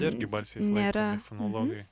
jie irgi balsiais laikomi fonologai